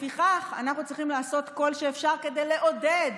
לפיכך, אנחנו צריכים לעשות כל שאפשר כדי לעודד